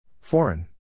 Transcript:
Foreign